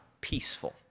peaceful